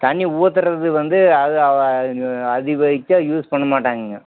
தண்ணி ஊத்துறது வந்து அது அது எக்ஸ்டா யூஸ் பண்ணமாட்டாங்கங்க